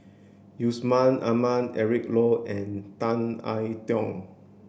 Yusman Aman Eric Low and Tan I Tiong